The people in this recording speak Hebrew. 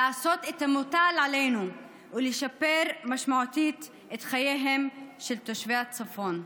לעשות את המוטל עלינו ולשפר משמעותית את חייהם של תושבי הצפון.